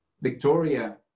Victoria